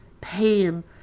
pain